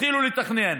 התחילו לתכנן,